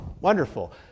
Wonderful